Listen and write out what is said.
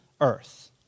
earth